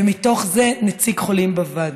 ומתוך זה, נציג חולים בוועדה.